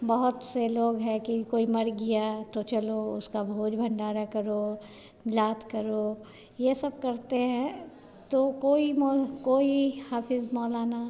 बहुत से लोग है कि कोई मर गया तो चलो उसका भोज भंडारा करो लाद करो यह सब करते हैं तो कोई मो कोई हाफ़िज़ मौलाना